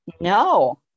no